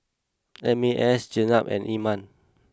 M A S Jenab and Iman